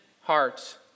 hearts